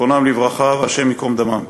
זיכרונם לברכה, השם ייקום דמם.